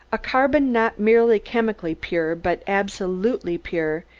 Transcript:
a carbon not merely chemically pure but absolutely pure,